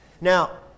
Now